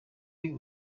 muri